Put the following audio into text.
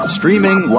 streaming